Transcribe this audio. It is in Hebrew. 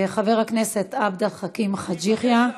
חבר הכנסת עבד אל חכים חאג' יחיא,